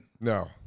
No